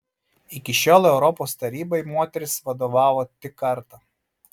iki šiol europos tarybai moteris vadovavo tik kartą